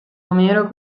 omero